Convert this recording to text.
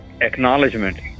Acknowledgement